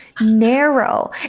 narrow